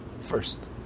first